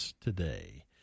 today